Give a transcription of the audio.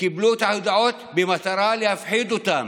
קיבלו את ההודעות במטרה להפחיד אותם.